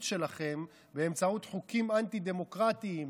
שלכם באמצעות חוקים אנטי-דמוקרטיים,